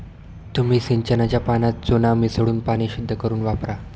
तुम्ही सिंचनाच्या पाण्यात चुना मिसळून पाणी शुद्ध करुन वापरा